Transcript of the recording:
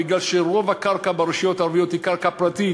מכיוון שרוב הקרקע ברשויות הערביות הוא קרקע פרטית,